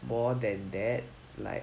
more than that like